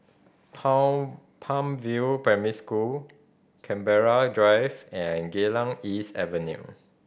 Palm View Primary School Canberra Drive and Geylang East Avenue